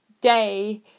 day